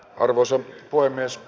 arvoisa puhemies